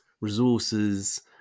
resources